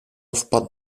wpadł